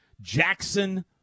jackson